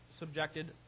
Subjected